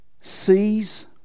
sees